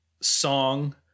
song